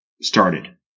started